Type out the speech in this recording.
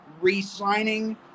re-signing